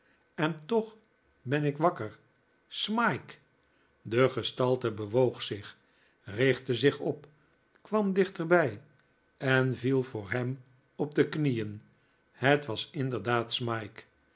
en toch ben ik wakker smike de gestalte bewoog zich richtte zich op kwam dichterbij en viel voor hem op de knieen het was inderdaad smike